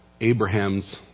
Abraham's